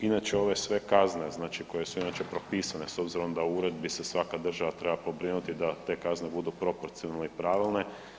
Inače ove sve kazne, znači koje su inače propisane s obzirom da o uredbi se svaka država treba pobrinuti je da te kazne budu proporcionalne i pravilne.